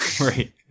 right